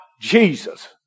Jesus